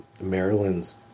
Maryland's